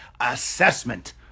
assessment